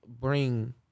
bring